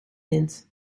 wind